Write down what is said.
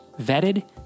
Vetted